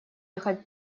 ехать